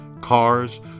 cars